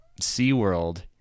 SeaWorld